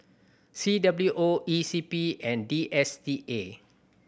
C W O E C P and D S T A